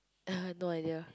no idea